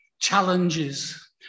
challenges